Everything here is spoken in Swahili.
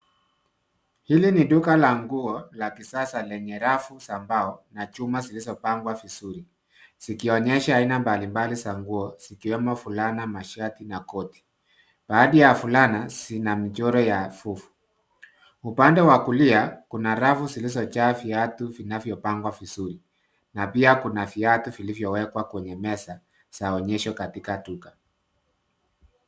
Hili ni duka la nguo laki sasa lenye rafu za mbao na chuma zilizo pangwa visuri. Zikionyesha aina mbalimbali za nguo zikiwemo fulana, mashati na koti. Baadhi ya fulana zina mchoro ya fufu. Upande wa kulia, kuna rafu zilizo jaa viatu vinaviopangwa visuri na pia kuna viatu vilivio wekwa kwenye meza zaonyesho katika tuka.